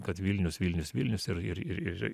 kad vilnius vilnius vilnius ir ir ir ir